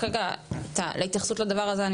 רק רגע תיתן התייחסות לדבר הזה,